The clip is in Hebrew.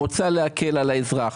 רוצה להקל על האזרח,